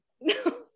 no